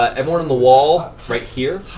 ah everyone on the wall, right here.